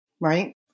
Right